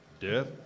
Death